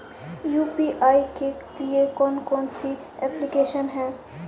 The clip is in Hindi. यू.पी.आई के लिए कौन कौन सी एप्लिकेशन हैं?